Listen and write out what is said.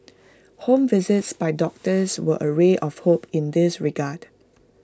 home visits by doctors were A ray of hope in this regard